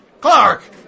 Clark